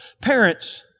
Parents